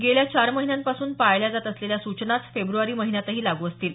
गेल्या चार महिन्यांपासून पाळल्या जात असलेल्या सूचनाच फेब्रवारी महिन्यातही लागू असतील